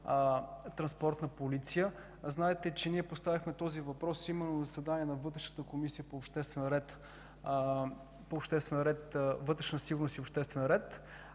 Транспортна полиция. Знаете, че ние поставихме този въпрос именно на заседание на Комисията по вътрешна сигурност и обществен ред.